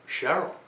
Cheryl